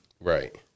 Right